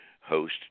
host